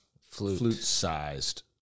flute-sized